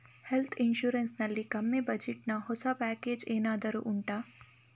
health insurance ನಲ್ಲಿ ಕಮ್ಮಿ budget ನ ಹೊಸ ಪ್ಯಾಕೇಜ್ ಏನಾದರೂ ಉಂಟಾ